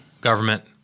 government